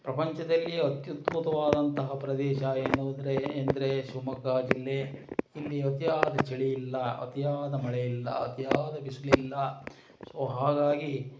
ಪ್ರಪಂಚದಲ್ಲೇ ಅತ್ಯದ್ಭುತವಾದಂತಹ ಪ್ರದೇಶ ಎನ್ನುದ್ರೇ ಎಂದರೆ ಶಿವಮೊಗ್ಗ ಜಿಲ್ಲೆ ಇಲ್ಲಿ ಅತಿಯಾದ ಚಳಿ ಇಲ್ಲ ಅತಿಯಾದ ಮಳೆ ಇಲ್ಲ ಅತಿಯಾದ ಬಿಸಿಲಿಲ್ಲ ಸೊ ಹಾಗಾಗಿ